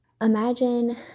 Imagine